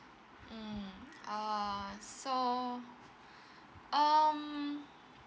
mm err so um